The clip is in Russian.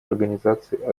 организацией